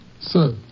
Sir